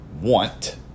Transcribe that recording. want